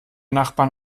nachbarn